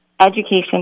education